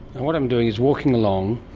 what i'm doing is walking along,